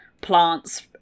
plants